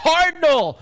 Cardinal